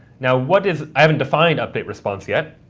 now what is i haven't defined update response yet,